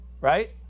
Right